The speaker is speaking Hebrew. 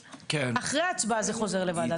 אחרי הצבעה זה חוזר לוועדת השרים?